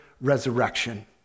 resurrection